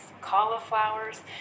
cauliflowers